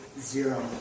zero